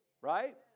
Right